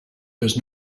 does